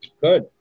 Good